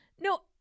no